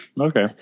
Okay